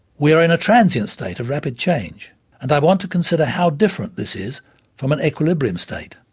we are in a transient state of rapid change and i want to consider how different this is from an equilibrium state.